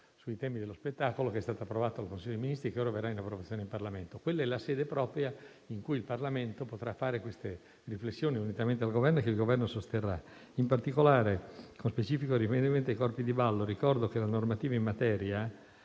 materia di spettacolo, che è stato approvato dal Consiglio dei ministri e che ora arriverà in Parlamento per l'approvazione. Quella è la sede propria in cui i parlamentari potranno fare queste riflessioni unitamente al Governo, e il Governo le sosterrà. In particolare, con specifico riferimento ai corpi di ballo, ricordo che la normativa in materia,